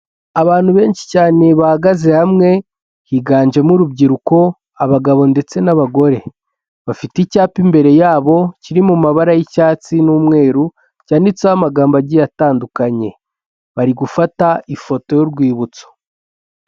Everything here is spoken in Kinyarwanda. Abantu benshi cyane bahagaze hamwe, higanjemo urubyiruko abagabo ndetse n'abagore, bafite icyapa imbere yabo kiri mu mabara y'icyatsi n'umweru, cyanditseho amagambo agiye atandukanye, bari gufata ifoto y'urwibutso.